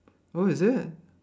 oh is it